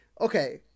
Okay